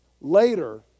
later